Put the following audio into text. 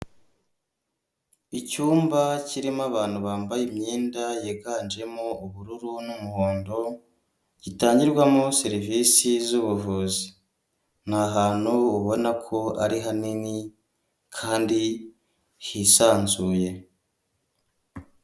Icyumba kirimo abantu bambaye imyenda yiganjemo ubururu n'umuhondo gitangirwamo serivisi z'ubuvuzi ni ahantu ubona ko ari hanini kandi hisanzuye.